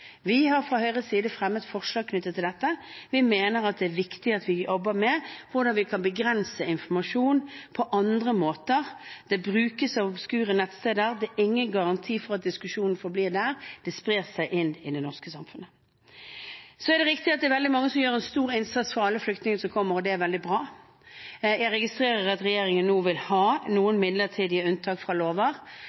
Vi har fra Høyres side fremmet forslag knyttet til dette. Vi mener at det er viktig at vi jobber med hvordan vi kan begrense informasjon på andre måter. Det brukes obskure nettsteder. Det er ingen garanti for at diskusjonen forblir der. Det sprer seg inn i det norske samfunnet. Det er riktig at det er veldig mange som gjør en stor innsats for alle flyktningene som kommer, og det er veldig bra. Jeg registrerer at regjeringen nå vil ha noen midlertidige unntak fra lover.